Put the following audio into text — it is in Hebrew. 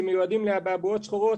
שמיועדים לאבעבועות שחורות,